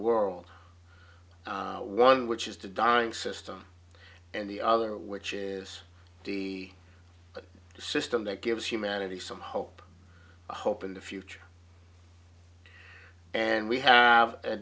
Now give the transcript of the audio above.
world one which is the dying system and the other which is the system that gives humanity some hope hope in the future and we have